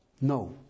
No